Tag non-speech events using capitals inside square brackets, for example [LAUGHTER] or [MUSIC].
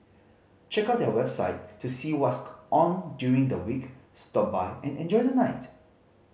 check out their website to see [UNINTELLIGIBLE] on during the week stop by and enjoy the night